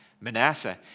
Manasseh